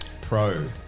Pro